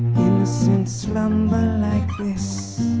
innocent slumber like this,